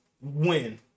win